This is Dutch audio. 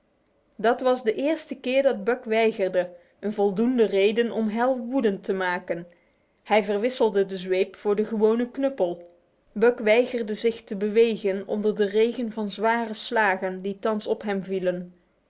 dit was de eerste keer dat buck weigerde een voldoende reden om hal woedend te maken hij verwisselde de zweep voor de gewone knuppel buck weigerde zich te bewegen onder de regen van zware slagen die thans op hem vielen